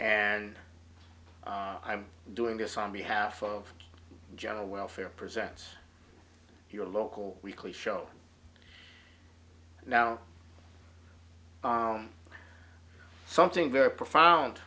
and i'm doing this on behalf of general welfare percents your local weekly show now something very profound